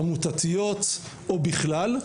עמותיות או בכלל,